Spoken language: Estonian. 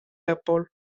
lõpul